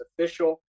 official